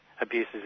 abuses